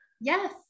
Yes